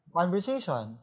conversation